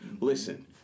Listen